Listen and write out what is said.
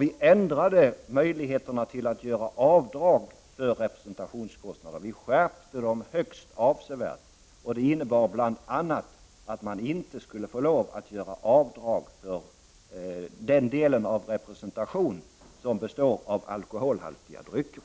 vi ändrade möjligheterna att göra avdrag för representationskostnader. Vi skärpte bestämmelserna högst avsevärt. Det innebar bl.a. att man inte skulle få lov att göra avdrag för den del av representationen som bestod av alkoholhaltiga drycker.